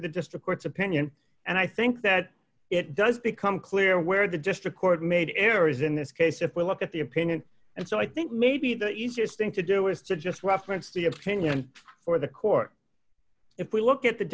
the district court's opinion and i think that it does become clear where the district court made an error is in this case if we look at the opinion and so i think maybe the easiest thing to do is to just reference the opinion for the court if we look at the